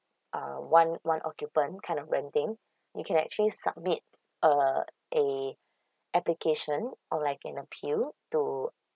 um one one occupant kind of renting you can actually submit uh a application or like an appeal to